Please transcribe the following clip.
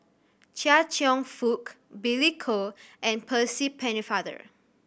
Chia Cheong Fook Billy Koh and Percy Pennefather